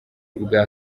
bwa